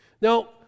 Now